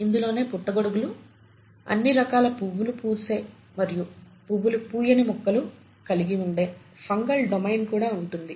ఇందులోనే పుట్టగొడుగులు అన్ని రకాల పువ్వులు పూసే మరియు పువ్వులు పూయని మొక్కలు కలిగి వుండే ఫంగల్ డొమైన్ కూడా ఉంటుంది